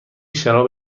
شراب